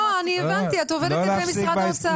לא, אני הבנתי, את עובדת במשרד האוצר.